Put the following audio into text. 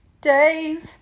Dave